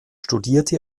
studierte